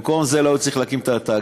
ולא היה צריך במקום זה להקים את התאגיד.